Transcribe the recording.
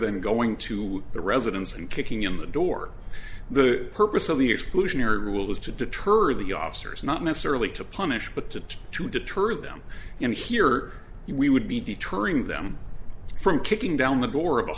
than going to the residence and kicking in the door the purpose of the exclusionary rule is to deter the officers not necessarily to punish but to try to deter them and here we would be deterring them from kicking down the door of